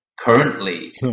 currently